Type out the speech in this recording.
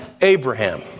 Abraham